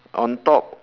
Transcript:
on top